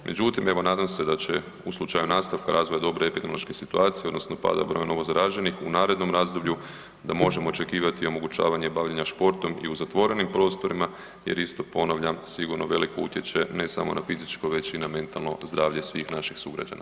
Međutim, evo nadam se da će u slučaju nastavka razvoja dobre epidemiološke situacije odnosno pada broja novozaraženih u narednom razdoblju, da možemo očekivati omogućavanje bavljenja športom i u zatvorenim prostorima jer, isto, ponavljam, sigurno uvelike utječe, ne samo na fizičko već i na mentalno zdravlje svih naših sugrađana.